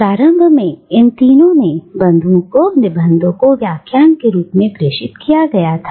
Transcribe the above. प्रारंभ में इन तीनों ने बंधुओं को निबंधों को व्याख्यान के रूप में प्रेषित किया गया था